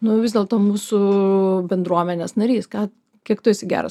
nu vis dėlto mūsų bendruomenės narys ką kiek tu esi geras